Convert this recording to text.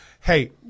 hey